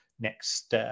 next